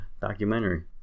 documentary